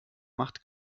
macht